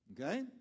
Okay